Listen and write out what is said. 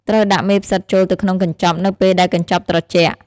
ត្រូវដាក់មេផ្សិតចូលទៅក្នុងកញ្ចប់នៅពេលដែលកញ្ចប់ត្រជាក់។